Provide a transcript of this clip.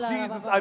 Jesus